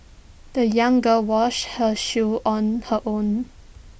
the young girl washed her shoes on her own